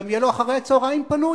וגם יהיה לו אחר-צהריים פנוי,